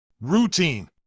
Routine